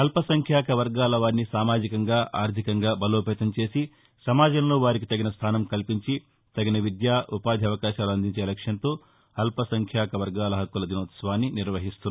అల్ప సంఖ్యాక వర్గాల వారిని సామాజికంగా అర్దికంగా బలోపేతం చేసి సమాజంలో వారికి తగిన స్దానం కల్పించి తగిన విద్యా ఉపాధి అవకాశాలు అందించే లక్ష్యంతో అల్ప సంఖ్యాక వర్గాల హక్కుల దినోత్సవాన్ని నిర్వహిస్తున్నారు